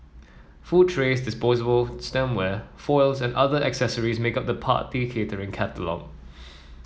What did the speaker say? food trays disposable stemware foils and other accessories make up the party catering catalogue